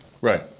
right